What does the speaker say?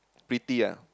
pretty ah